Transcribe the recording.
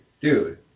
dude